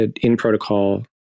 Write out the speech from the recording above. in-protocol